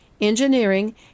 engineering